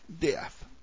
death